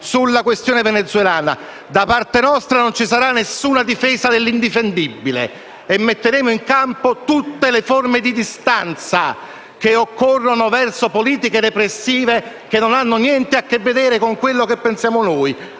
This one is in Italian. sulla questione venezuelana. Da parte nostra non si ci sarà alcuna difesa dell'indifendibile e metteremo in campo tutte le forme di distanza che occorrono verso politiche repressive che non hanno niente a che vedere con quello che pensiamo noi,